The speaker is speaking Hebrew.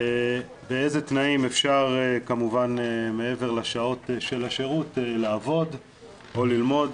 באיזה תנאים אפשר כמובן מעבר לשעות של השירות לעבוד או ללמוד,